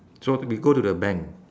so to be go to the bank